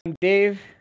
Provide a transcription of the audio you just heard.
Dave